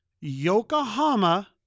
Yokohama